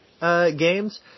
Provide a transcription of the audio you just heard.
games